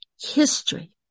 history